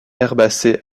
herbacées